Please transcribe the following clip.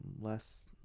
Less